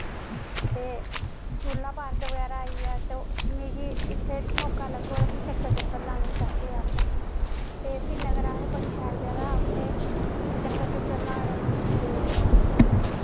ते सूला पार्क बगैरा आई गेआ ते मिगी इत्थै मौका लगग ते चक्कर लाने गी जाह्गे अस ते श्रीनगर आखदे बड़ी शैल जगह् उत्थै ते चक्कर लाने गी ते